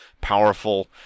powerful